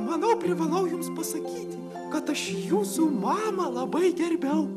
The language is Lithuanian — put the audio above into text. manau privalau jums pasakyti kad aš jūsų mamą labai gerbiau